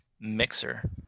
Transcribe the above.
mixer